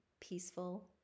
peaceful